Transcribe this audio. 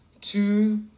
two